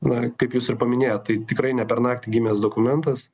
na kaip jūs ir paminėjot tai tikrai ne per naktį gimęs dokumentas